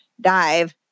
dive